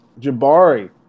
Jabari